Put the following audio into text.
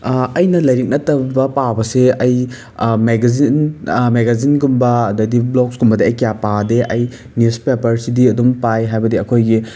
ꯑꯩꯅ ꯂꯥꯏꯔꯤꯛ ꯅꯠꯇꯕ ꯄꯥꯕꯁꯦ ꯑꯩ ꯃꯦꯒꯖꯤꯟ ꯃꯦꯒꯖꯤꯟꯒꯨꯝꯕ ꯑꯗꯩꯗꯤ ꯕ꯭ꯂꯣꯛꯁ ꯀꯨꯝꯕꯗꯤ ꯑꯩ ꯀꯌꯥ ꯄꯥꯗꯦ ꯑꯩ ꯅ꯭ꯌꯨꯁ ꯄꯦꯄꯔꯁꯤꯗꯤ ꯑꯗꯨꯝ ꯄꯥꯏ ꯍꯥꯏꯕꯗꯤ ꯑꯩꯈꯣꯏꯒꯤ